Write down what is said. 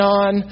on